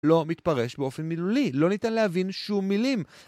לא מתפרש באופן מילולי, לא ניתן להבין שום מילים.